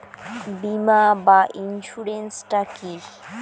বিমা বা ইন্সুরেন্স টা কি?